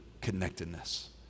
connectedness